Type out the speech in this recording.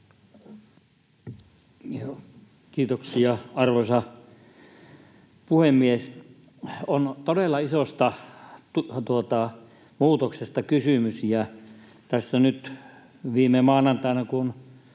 Kiitoksia, arvoisa puhemies! On todella isosta muutoksesta kysymys. Tässä nyt viime maanantaina, kun